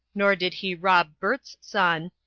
nor did he rob burt's son,